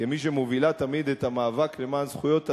כמי שמובילה תמיד את המאבק למען זכויות אדם,